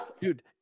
dude